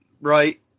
right